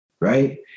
Right